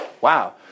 wow